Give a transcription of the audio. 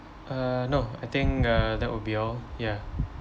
uh no I think uh that would be all ya